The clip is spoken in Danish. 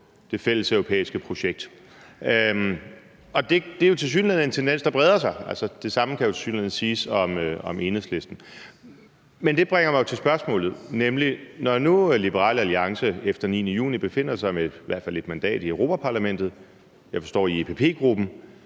det fælleseuropæiske projekt? Det er tilsyneladende en tendens, der breder sig. Det samme kan jo tilsyneladende siges om Enhedslisten, men det bringer mig til spørgsmålet, nemlig: Når nu Liberal Alliance efter den 9. juni befinder sig med i hvert fald et mandat i Europa-Parlamentet – i EPP-gruppen,